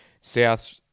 South